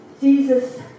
Jesus